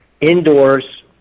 indoors